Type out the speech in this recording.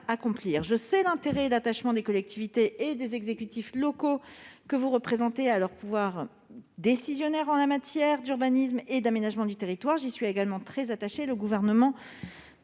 Je sais l'attachement des collectivités et des exécutifs locaux que vous représentez à leur pouvoir décisionnaire en matière d'urbanisme et d'aménagement du territoire. J'y suis également très attachée, comme le Gouvernement.